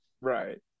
Right